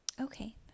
Okay